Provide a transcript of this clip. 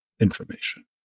information